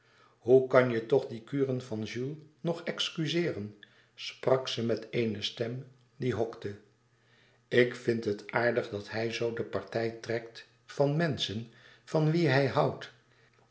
hoe kan je toch die kuren van jules nog excuzeeren sprak ze met eene stem die hokte ik vind het aardig dat hij zoo de partij trekt van menschen van wie hij houdt